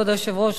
כבוד היושב-ראש,